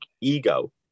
ego